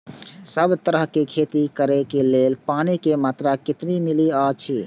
सब तरहक के खेती करे के लेल पानी के मात्रा कितना मिली अछि?